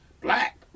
black